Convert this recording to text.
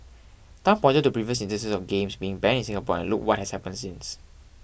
Tan pointed to previous instances of games being banned in Singapore and look what has happened since